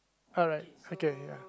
alright okay ya